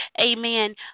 amen